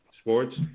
Sports